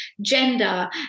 gender